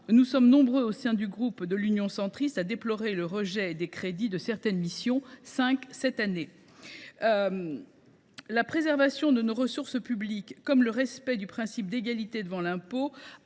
nous sommes nombreux, au sein du groupe Union Centriste, à déplorer le rejet des crédits de cinq missions cette année. La préservation de nos ressources publiques comme le respect du principe d’égalité devant l’impôt